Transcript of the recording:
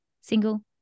single